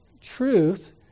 truth